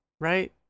right